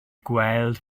gweld